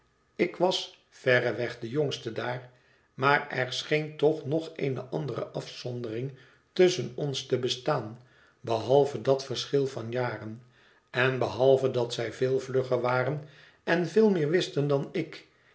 ik was verreweg de jongste daar maar er scheen toch nog eene andere afzondering tusschen ons te bestaan behalve dat verschil van jaren en behalve dat zij veel vlugger waren en veel meer wisten dan ik